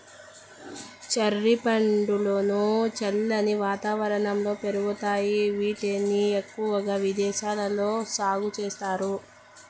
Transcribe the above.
cherry పండ్లు చల్లని వాతావరణంలో పెరుగుతాయి, వీటిని ఎక్కువగా విదేశాలలో సాగు చేస్తారు